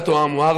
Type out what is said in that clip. דת או עם.